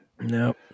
No